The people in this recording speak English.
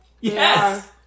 Yes